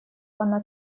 она